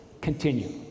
Continue